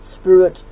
Spirit